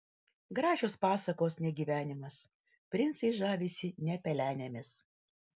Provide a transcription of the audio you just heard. gražios pasakos ne gyvenimas princai žavisi ne pelenėmis